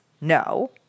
no